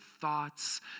thoughts